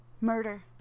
Murder